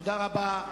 תודה רבה.